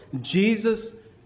Jesus